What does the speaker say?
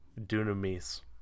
Dunamis